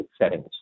settings